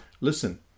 listen